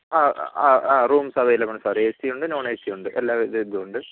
ആ ആ ആ റൂംസ് അവൈലബിൾ ആണ് സർ എ സി ഉണ്ട് നോൺ എ സി ഉണ്ട് എല്ലാ ഇതും ഉണ്ട്